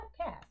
podcast